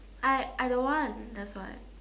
I I don't want that's why